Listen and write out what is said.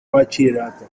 bachillerato